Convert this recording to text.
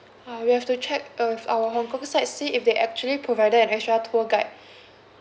uh we have to check uh with our hong kong side see if they actually provided an extra tour guide